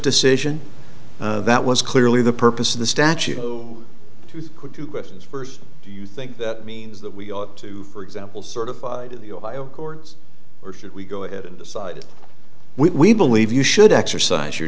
decision that was clearly the purpose of the statue to put two questions first do you think that means that we ought to for example certified the ohio courts or should we go ahead and decide we believe you should exercise your